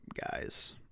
guys